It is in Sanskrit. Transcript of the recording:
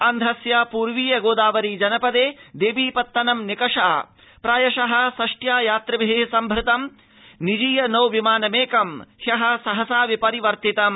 आन्ध्रस्य पर्वीय गोदावरी जनपदे देवीपत्तनं निकषा प्रायशः षष्टया यात्रिभिः संभृतं निजीय नौ विमानमेकं ह्यः सहसा विपरिवर्तितम्